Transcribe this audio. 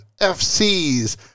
FC's